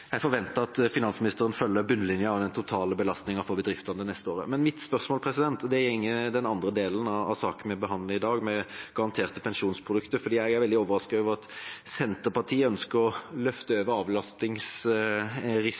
den totale belastningen for bedriftene neste år også. Mitt spørsmål gjelder den andre delen av saken vi behandler i dag, med garanterte pensjonsprodukter. Jeg er veldig overrasket over at Senterpartiet ønsker å løfte